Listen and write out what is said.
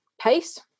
pace